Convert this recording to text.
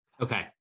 Okay